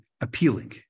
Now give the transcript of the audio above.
appealing